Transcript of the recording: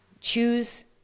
choose